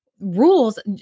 rules